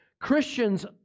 Christians